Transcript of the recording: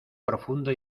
profundo